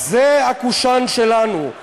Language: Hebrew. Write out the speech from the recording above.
"זה הקושאן שלנו".